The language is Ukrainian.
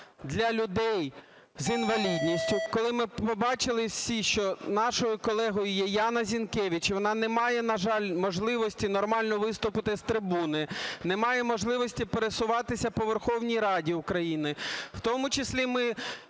для людей з інвалідністю, коли ми побачили всі, що нашою колегою є Яна Зінкевич, і вона не має, на жаль, можливості нормально виступити з трибуни, не має можливості пересуватися по Верховній Раді України. В тому числі ми